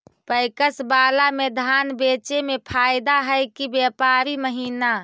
PACS बाला में धान बेचे मे फायदा है कि व्यापारी महिना?